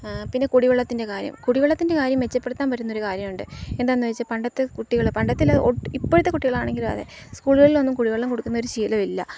ആ പിന്നെ കുടിവെള്ളത്തിന്റെ കാര്യം കുടിവെള്ളത്തിന്റെ കാര്യം മെച്ചപ്പെടുത്താൻ പറ്റുന്ന ഒരു കാര്യമുണ്ട് എന്താണെന്നുവച്ചാല് പണ്ടത്തെ കുട്ടികള് പണ്ടത്തെയല്ല ഇപ്പോഴത്തെ കുട്ടികളാണെങ്കിലും അതെ സ്കൂളുകളിലൊന്നും കുടിവെള്ളം കൊടുക്കുന്ന ഒരു ശീലമില്ല